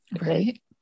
Right